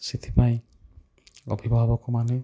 ସେଥିପାଇଁ ଅଭିଭାବକ ମାନେ